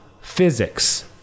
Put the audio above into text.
physics